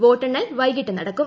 വോട്ടെണ്ണൽ വൈകിട്ട് നടക്കും